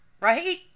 right